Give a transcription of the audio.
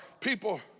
people